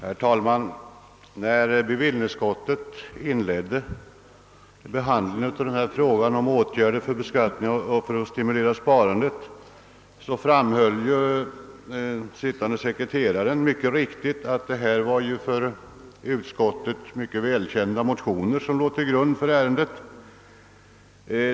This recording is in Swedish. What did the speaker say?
Herr talman! När bevillningsutskottet inledde sin behandling av frågan om åtgärder vid beskattningen för att stimulera sparandet framhöll sittande sekreteraren mycket riktigt, att det var för utskottet välkända motioner som låg till grund för ärendet.